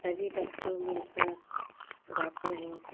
सभी बच्चों मिलकर गाते हैं